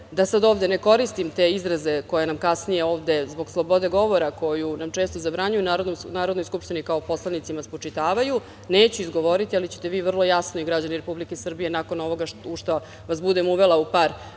da sad ovde ne koristim te izraze koje nam kasnije ovde, zbog slobode govora koju nam često zabranjuju, u Narodnoj skupštini kao poslanicima spočitavaju, neću izgovoriti, ali ćete vi vrlo jasno i građani Republike Srbije, nakon ovoga u šta vas budem uvela u par rečenica,